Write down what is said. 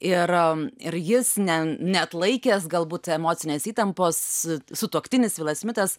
ir ir jis ne neatlaikęs galbūt emocinės įtampos sutuoktinis vilas smitas